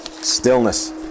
stillness